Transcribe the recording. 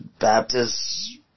Baptists